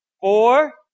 Four